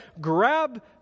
grab